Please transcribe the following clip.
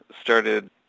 started